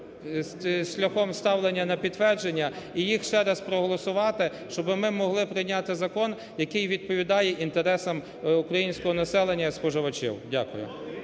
шляхом ставлення на підтвердження, і їх ще раз проголосувати, щоби ми могли прийняти закон, який відповідає інтересам українського населення, споживачів. Дякую.